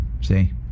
see